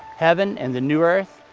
heaven and the new earth,